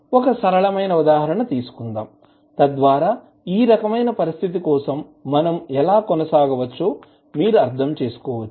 ఒక సరళమైన ఉదాహరణను తీసుకుందాం తద్వారా ఈ రకమైన పరిస్థితి కోసం మనం ఎలా కొనసాగవచ్చో మీరు అర్థం చేసుకోవచ్చు